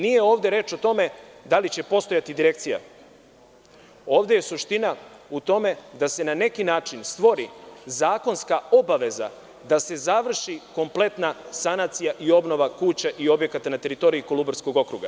Nije ovde reč o tome da li će postojati direkcija, ovde je suština u tome da se na neki način stvori zakonska obaveza da se završi kompletna sanacija kuća i objekata na teritoriji Kolubarskog okruga.